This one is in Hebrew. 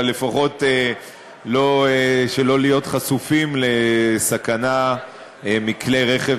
אבל לפחות שלא להיות חשופים לסכנה מכלי רכב